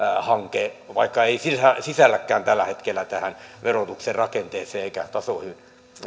hanke vaikka ei sisälläkään tällä hetkellä tähän verotukseen rakenteeseen eikä tasoihin